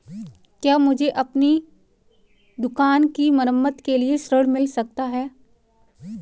क्या मुझे अपनी दुकान की मरम्मत के लिए ऋण मिल सकता है?